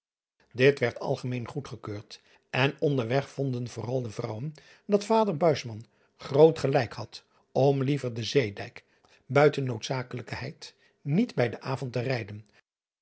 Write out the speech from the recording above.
werd algemeen goedgekeurd en onder weg vonden vooral de vrouwen dat vader groot gelijk had om liever den zeedijk buiten noodzaklijkeheid niet bij den avond te rijden